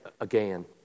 again